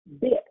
bit